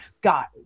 got